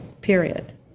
period